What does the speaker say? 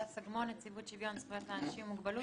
נציבות שוויון זכויות לאנשים עם מוגבלות.